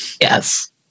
Yes